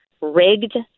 rigged